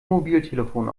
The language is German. mobiltelefon